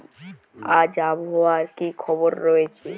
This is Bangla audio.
আজ আবহাওয়ার কি খবর রয়েছে?